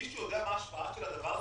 מישהו יודע מה המשמעות של הדבר הזה,